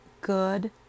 good